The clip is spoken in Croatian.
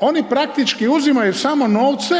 Oni praktički uzimaju samo novce